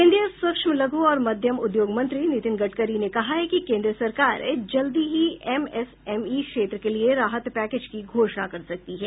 केंद्रीय सूक्ष्म लघु और मध्यम उद्योग मंत्री नितिन गड़करी ने कहा कि केंद्र सरकार जल्दी ही एम एस एम ई क्षेत्र के लिए राहत पैकेज की घोषणा कर सकती है